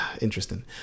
interesting